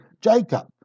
Jacob